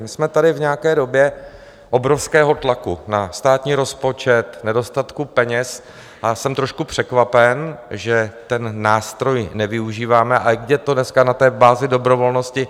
My jsme tady v nějaké době obrovského tlaku na státní rozpočet, nedostatku peněz a jsem trošku překvapen, že ten nástroj nevyužíváme a je to dneska na té bázi dobrovolnosti.